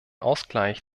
ausgleich